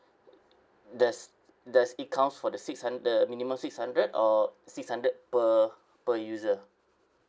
does does it counts for the six hun~ the minimum six hundred or six hundred per per user